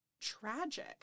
tragic